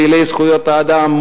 פעילי זכויות האדם,